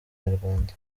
nyarwanda